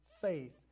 faith